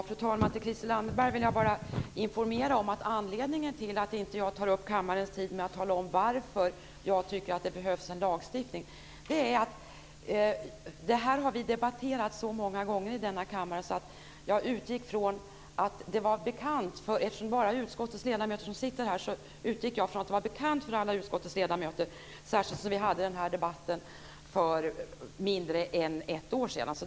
Fru talman! Jag vill bara informera Christel Anderberg om att anledningen till att jag inte tar upp kammarens tid med att tala om varför jag tycker att det behövs en lagstiftning är att vi har debatterat det så många gånger i denna kammare. Det är bara utskottets ledamöter som sitter här, och jag utgick från att detta var bekant för dem alla, särskilt som vi hade den här debatten för mindre än ett år sedan.